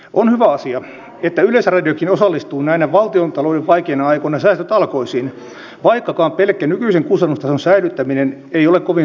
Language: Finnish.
on hyvä asia että yleisradiokin osallistuu näinä valtiontalouden vaikeina aikoina säästötalkoisiin vaikkakaan pelkkä nykyisen kustannustason säilyttäminen ei ole kovin suuri säästö